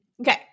Okay